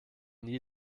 nie